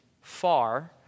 far